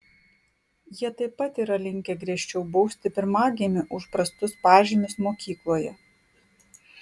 jie taip pat yra linkę griežčiau bausti pirmagimį už prastus pažymius mokykloje